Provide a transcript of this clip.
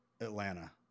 atlanta